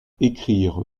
ecrire